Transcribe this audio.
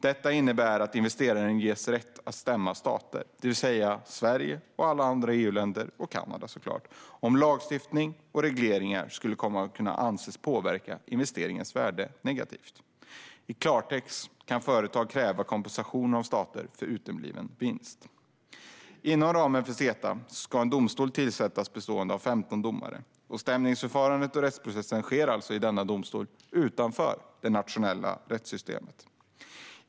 Detta innebär att investerare ges rätt att stämma stater, det vill säga Sverige, andra EU-länder och Kanada, om lagstiftning och regleringar kan anses påverka investeringens värde negativt. I klartext kan företag kräva kompensation av stater för utebliven vinst. Inom ramen för CETA ska en domstol tillsättas bestående av 15 domare. Stämningsförfarandet och rättsprocessen sker alltså i denna domstol utanför det nationella rättssystemet.